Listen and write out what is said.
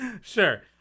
sure